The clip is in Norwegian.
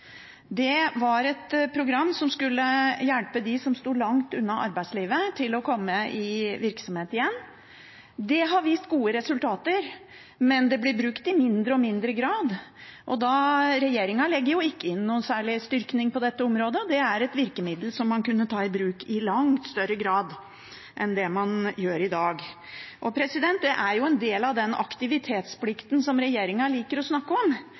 Det var et program som skulle hjelpe dem som sto langt unna arbeidslivet, til å komme i virksomhet igjen. Det har vist gode resultater, men det blir brukt i mindre og mindre grad. Regjeringen legger ikke inn noen særlig styrking på dette området. Det er et virkemiddel som man kunne ta i bruk i langt større grad enn det man gjør i dag. Det er jo en del av den aktivitetsplikten som regjeringen liker å snakke om.